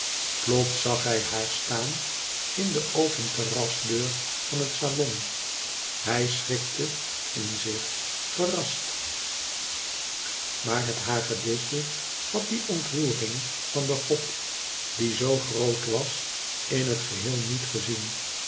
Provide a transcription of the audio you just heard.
plots zag hij haar staan in de open terras deur van den salon hij schrikte in zich verrast maar het hagedisje had die ontroering van den god die zoo groot was in het geheel niet gezien